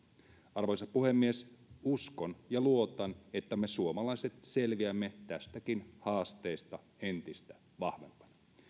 arvoisa puhemies uskon ja luotan että me suomalaiset selviämme tästäkin haasteesta entistä vahvempana